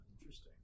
Interesting